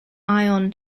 ion